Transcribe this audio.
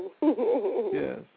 Yes